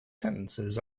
sentences